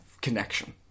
connection